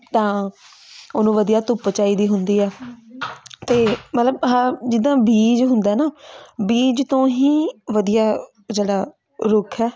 ਤਾਂ ਉਹਨੂੰ ਵਧੀਆ ਧੁੱਪ ਚਾਹੀਦੀ ਹੁੰਦੀ ਹੈ ਅਤੇ ਮਤਲਬ ਜਿੱਦਾਂ ਬੀਜ ਹੁੰਦਾ ਨਾ ਬੀਜ ਤੋਂ ਹੀ ਵਧੀਆ ਜਿਹੜਾ ਰੁੱਖ ਹੈ